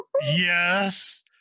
Yes